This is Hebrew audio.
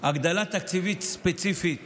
הגדלה תקציבית ספציפית